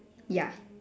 ya